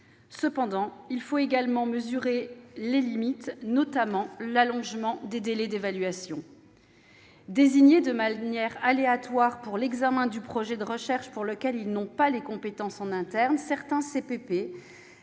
Cependant, il nous faut également en mesurer les limites, notamment l'allongement des délais d'évaluation. Désignés de manière aléatoire pour l'examen d'un projet de recherche sur lequel ils n'ont pas les compétences en interne, certains CPP